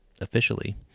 officially